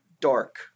dark